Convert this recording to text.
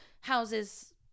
houses